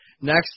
Next